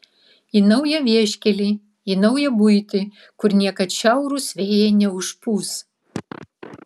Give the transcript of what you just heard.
į naują vieškelį į naują buitį kur niekad šiaurūs vėjai neužpūs